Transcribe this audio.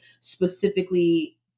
specifically